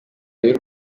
y’u